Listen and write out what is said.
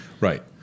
Right